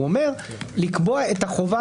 הוא אומר לקבוע את החובה.